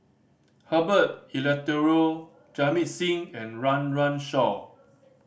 Herbert Eleuterio Jamit Singh and Run Run Shaw